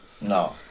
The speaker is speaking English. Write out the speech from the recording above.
No